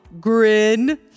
grin